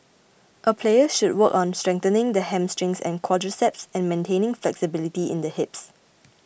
a player should work on strengthening the hamstring and quadriceps and maintaining flexibility in the hips